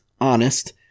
honest